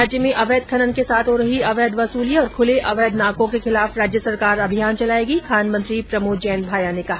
राज्य में अवैध खनन के साथ हो रही अवैध वसूली और खुले अवैध नाको के खिलाफ राज्य सरकार अभियान चलायेगी खान मंत्री प्रमोद जैन भाया ने कहा